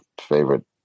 favorite